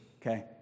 Okay